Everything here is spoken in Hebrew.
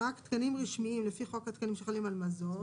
רק תקנים רשמיים לפי חוק התקנים שחלים על מזון